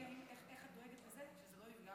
אבל שוב,